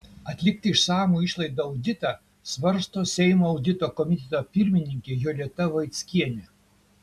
atlikti išsamų išlaidų auditą svarsto seimo audito komiteto pirmininkė jolita vaickienė